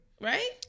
right